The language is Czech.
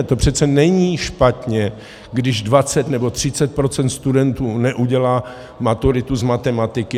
To přece není špatně, když 20 nebo 30 % studentů neudělá maturitu z matematiky.